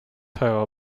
tale